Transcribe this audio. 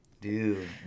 dude